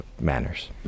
manners